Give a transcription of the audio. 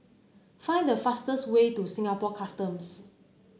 find the fastest way to Singapore Customs